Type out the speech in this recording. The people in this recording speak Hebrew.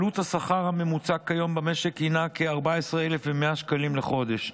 עלות השכר הממוצע כיום במשק היא כ-14,100 שקלים לחודש,